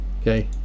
okay